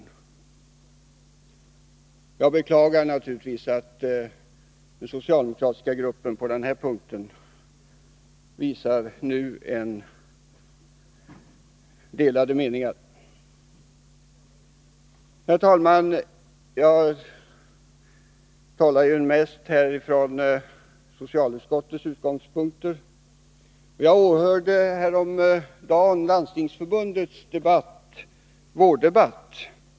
Naturligtvis beklagar jag att den socialdemokratiska gruppen uppvisar delade meningar på den här punkten. Herr talman! Jag talar här mest utifrån socialutskottets utgångspunkter. Jag åhörde häromdagen Landstingsförbundets vårddebatt.